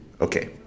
Okay